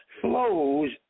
flows